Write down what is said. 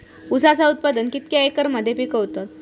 ऊसाचा उत्पादन कितक्या एकर मध्ये पिकवतत?